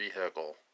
vehicle